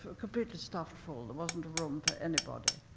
ah completely stuffed full, there wasn't a room for anybody.